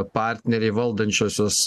partneriai valdančiosios